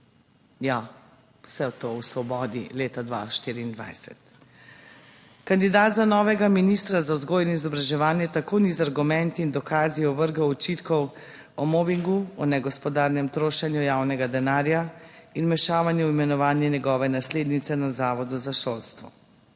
Ja, vse to o Svobodi leta 2024. Kandidat za novega ministra za vzgojo in izobraževanje tako ni z argumenti in dokazi ovrgel očitkov o mobingu, o negospodarnem trošenju javnega denarja in vmešavanju v imenovanje njegove naslednice na Zavodu za šolstvo.